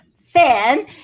fan